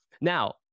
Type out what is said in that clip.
Now